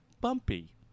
bumpy